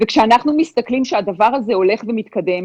כשאנחנו מסתכלים שהדבר הזה הולך ומתקדם,